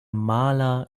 maler